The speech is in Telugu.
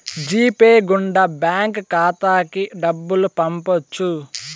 జీ పే గుండా బ్యాంక్ ఖాతాకి డబ్బులు పంపొచ్చు